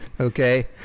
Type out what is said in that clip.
okay